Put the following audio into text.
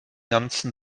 ganzen